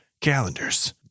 calendars